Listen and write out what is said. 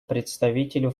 представителю